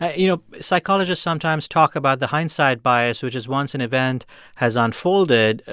you know, psychologists sometimes talk about the hindsight bias, which is once an event has unfolded,